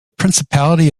principality